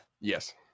Yes